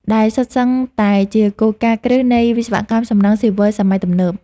ដែលសុទ្ធសឹងតែជាគោលការណ៍គ្រឹះនៃវិស្វកម្មសំណង់ស៊ីវិលសម័យទំនើប។